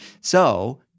So-